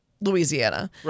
Louisiana